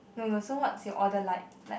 no no so what's your order like like